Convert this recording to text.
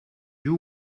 you